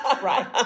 Right